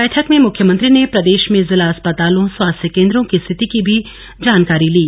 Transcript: बैठक में मुख्यमंत्री ने प्रदेश में जिला अस्पतालों स्वास्थ्य केंद्रों की स्थिति की भी जानकारी ली